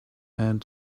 hand